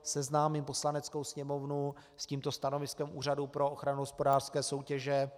Seznámím Poslaneckou sněmovnu s tímto stanoviskem Úřadu pro ochranu hospodářské soutěže.